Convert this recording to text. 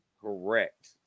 correct